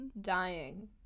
Dying